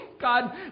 God